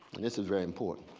and this is very important,